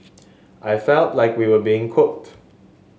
I felt like we were being cooked